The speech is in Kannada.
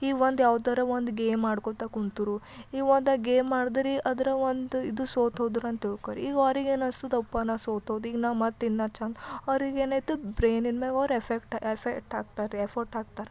ಈಗ ಒಂದು ಯಾವ್ದಾರ ಒಂದು ಗೇಮ್ ಆಡ್ಕೊಳ್ತಾ ಕೂತ್ರು ಈಗ ಒಂದು ಗೇಮ್ ಆಡಿದ್ರಿ ಅದರಾಗ ಒಂದು ಇದು ಸೋತೋದರು ಅಂತ ತಿಳ್ಕೋರಿ ಈಗ ಅವ್ರಿಗೆ ಏನು ಅನ್ಸ್ತದೆ ಒಪ್ಪ ನಾನು ಸೋತು ಹೋದೆ ಈಗ ನಾನು ಮತ್ತು ಇನ್ನೂ ಚೆಂದ ಅವ್ರಿಗೆ ಏನಾಯ್ತು ಬ್ರ್ಯೇನಿನ ಮ್ಯಾಗ ಅವ್ರ ಎಫೆಕ್ಟ್ ಎಫೆಕ್ಟ್ ಹಾಕ್ತಾರೆ ಎಫರ್ಟ್ ಹಾಕ್ತಾರೆ